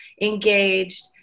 engaged